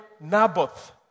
Naboth